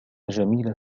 جميلة